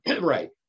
Right